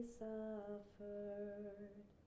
suffered